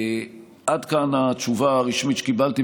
עד כאן התשובה הרשמית שקיבלתי.